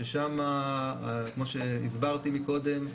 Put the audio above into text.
ששם כמו שהסברתי מקודם,